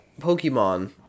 Pokemon